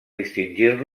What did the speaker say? distingir